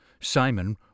Simon